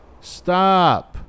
Stop